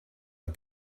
and